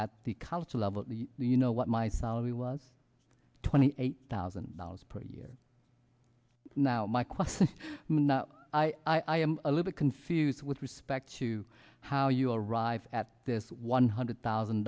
at the college level you know what my salary was twenty eight thousand dollars per year now my question i am a little confused with respect to how you arrive at this one hundred thousand